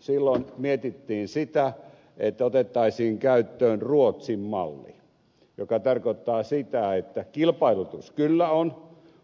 silloin mietittiin sitä että otettaisiin käyttöön ruotsin malli joka tarkoittaa sitä että kilpailutus kyllä on